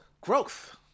Growth